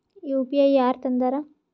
UPI ಯಾರ್ ತಂದಾರ?